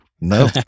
no